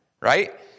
right